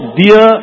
dear